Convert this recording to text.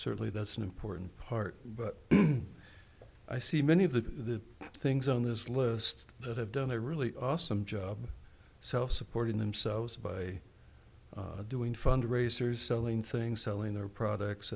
rtainly that's an important part but i see many of the things on this list that have done a really awesome job self supporting themselves by doing fundraisers selling things selling their products